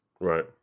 Right